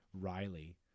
Riley